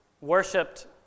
worshipped